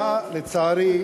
הדחייה, לצערי,